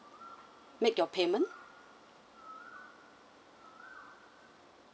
make your payment